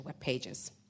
webpages